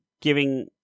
giving